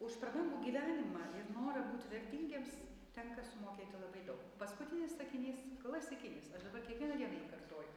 už prabangų gyvenimą ir nori būt vertingiems tenka sumokėti labai daug paskutinis sakinys klasikinis kiekvieną dieną jį kartoju